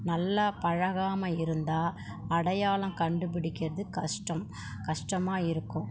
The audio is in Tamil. நல்லா பழகாமல் இருந்தால் அடையாளம் கண்டுப்பிடிக்கிறது கஷ்டம் கஷ்டமாக இருக்கும்